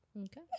Okay